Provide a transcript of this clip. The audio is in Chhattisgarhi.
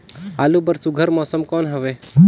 आलू बर सुघ्घर मौसम कौन हवे?